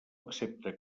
accepta